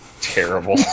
terrible